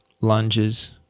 lunges